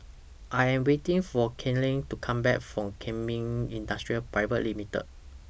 I Am waiting For Kalene to Come Back from Kemin Industries Private Limited